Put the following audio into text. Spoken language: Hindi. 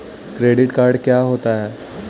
क्रेडिट कार्ड क्या होता है?